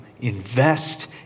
Invest